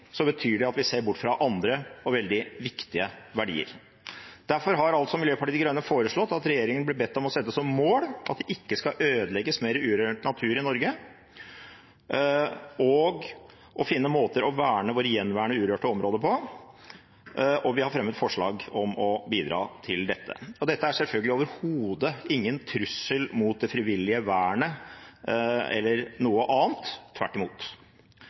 betyr det at vi ser bort fra andre og veldig viktige verdier. Derfor har Miljøpartiet De Grønne foreslått at regjeringen blir bedt om å sette som mål at det ikke skal ødelegges mer urørt natur i Norge, og å finne måter å verne våre gjenværende urørte områder på. Vi har fremmet forslag om å bidra til dette. Dette er selvfølgelig overhodet ingen trussel mot det frivillige vernet eller noe annet – tvert imot.